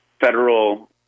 federal